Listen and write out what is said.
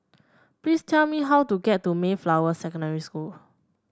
please tell me how to get to Mayflower Secondary School